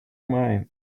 mine